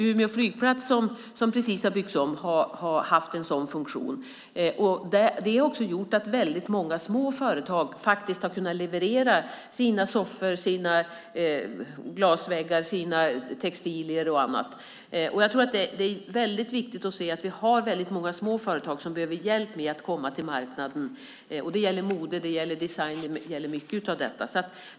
Umeå flygplats, som precis har byggts om, har haft en sådan funktion. Det har också gjort att väldigt många små företag faktiskt har kunnat leverera sina soffor, sina glasväggar, sina textilier och annat. Jag tror att det är mycket viktigt att se att vi har väldigt många små företag som behöver hjälp med att komma till marknaden. Det gäller mode, det gäller design och mycket av detta.